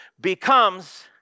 becomes